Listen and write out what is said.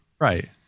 Right